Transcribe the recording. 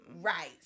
Right